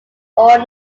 all